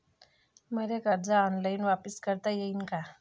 मले कर्ज ऑनलाईन वापिस करता येईन का?